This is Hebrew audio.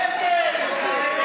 נגד.